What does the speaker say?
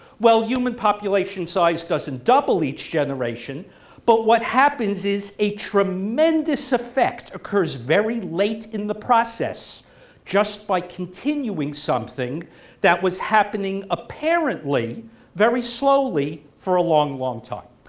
well human population size doesn't double each generation but what happens is a tremendous effect occurs very late in the process just by continuing something that was happening apparently very slowly for a long, long time.